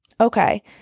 okay